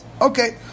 Okay